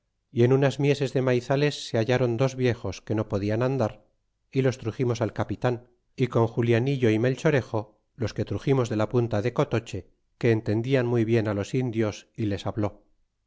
y en unas mieses de maizales se hallron dos viejos que no podian andar y los truximos al capitan y con julianillo y melchorejo los que truximos de la punta de cotoche que entendian muy bien á los indios y les habló